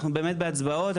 אנחנו באמת בהצבעות.